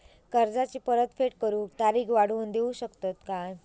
कर्जाची परत फेड करूक तारीख वाढवून देऊ शकतत काय?